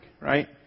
right